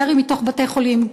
ירי מתוך בתי-חולים,